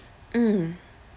mm